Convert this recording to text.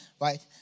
right